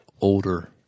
older